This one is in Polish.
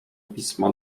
pismo